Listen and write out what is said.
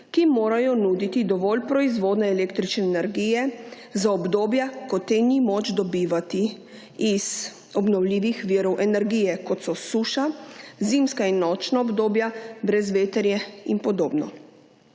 ki morajo nuditi dovolj proizvodnje električne energije za obdobja ko te ni moč dobivati iz obnovljivih virov energije, kot so suša, zimska in nočna obdobja, brezvetrje in podobno.